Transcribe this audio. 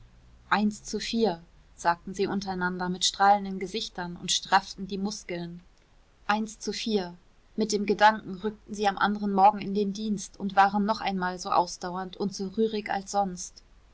eins zu vier sagten sie untereinander mit strahlenden gesichtern und strafften die muskeln eins zu vier mit dem gedanken rückten sie am anderen morgen in den dienst und waren noch einmal so ausdauernd und so rührig als sonst